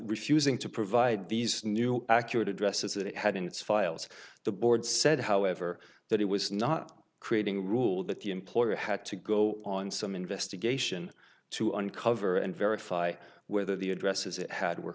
refusing to provide these new accurate addresses it had in its files the board said however that it was not creating rule that the employer had to go on some investigation to uncover and verify whether the addresses it had were